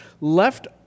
left